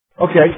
Okay